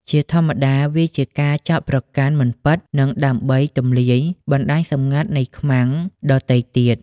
ជាធម្មតា វាជាការចោទប្រកាន់មិនពិត និងដើម្បី "ទម្លាយ" បណ្តាញសម្ងាត់នៃ "ខ្មាំង" ដទៃទៀត។